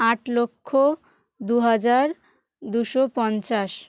আট লক্ষ দু হাজার দুশো পঞ্চাশ